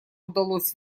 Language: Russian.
удалось